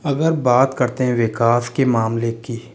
अगर बात करते हैं विकास के मामले की